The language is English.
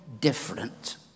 different